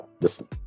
Listen